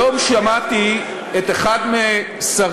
היום שמעתי את אחד מחברי